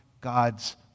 God's